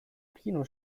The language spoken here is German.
kino